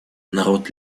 народ